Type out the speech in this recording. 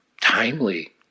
timely